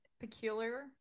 peculiar